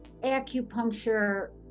acupuncture